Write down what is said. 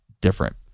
different